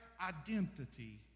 identity